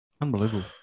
Unbelievable